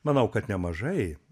manau kad nemažai